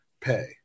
pay